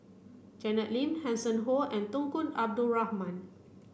Janet Lim Hanson Ho and Tunku Abdul Rahman